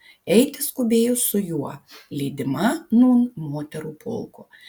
eiti skubėjo su juo lydima nūn moterų pulko